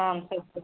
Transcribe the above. आम् सा